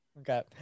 Okay